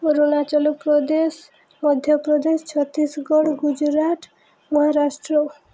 Arunachal Pradesh Madhya Pradesh Chhattisgarh Gujarat Maharashtra